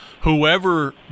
whoever